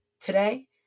Today